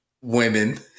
women